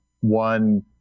one